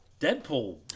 Deadpool